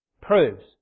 proves